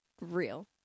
Real